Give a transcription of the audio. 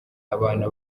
abana